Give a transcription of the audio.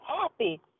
happy